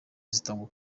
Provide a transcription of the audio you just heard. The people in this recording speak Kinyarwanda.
zitangwa